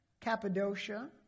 Cappadocia